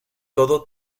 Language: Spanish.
todo